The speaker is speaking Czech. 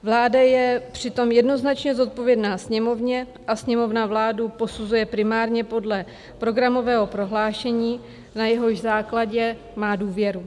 Vláda je přitom jednoznačně zodpovědná Sněmovně a Sněmovna vládu posuzuje primárně podle programového prohlášení, na jehož základě má důvěru.